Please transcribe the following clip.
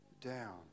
down